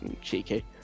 Cheeky